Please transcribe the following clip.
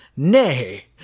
Nay